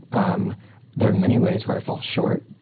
um there are many ways where i fall short,